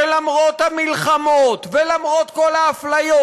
שלמרות המלחמות ולמרות כל האפליות,